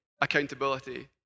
accountability